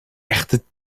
echte